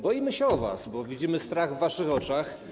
Boimy się o was, bo widzimy strach w waszych oczach.